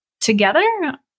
together